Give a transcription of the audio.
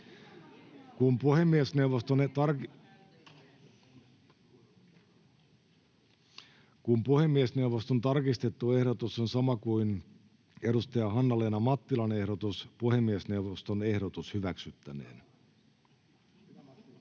Kun puhemiesneuvoston tarkistettu ehdotus on sama kuin edustaja Päivi Räsäsen ehdotus, puhemiesneuvoston ehdotus hyväksyttäneen? [Speech